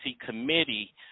committee